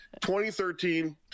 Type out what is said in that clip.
2013